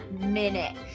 minute